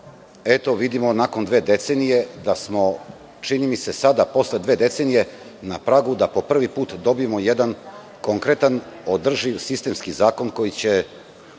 vidimo i nakon dve decenije da smo, čini mi se, sada posle dve decenije na pragu da po prvi put dobijemo jedan konkretan, održiv sistemski zakon koji će